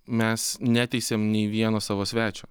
mes neteisiam nei vieno savo svečio